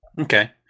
Okay